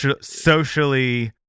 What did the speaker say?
Socially